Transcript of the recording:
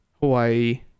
Hawaii